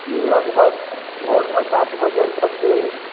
लगभग भोर मे सात बजे तक